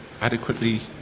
adequately